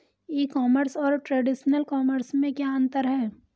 ई commerce और traditional commerce में क्या अंतर है?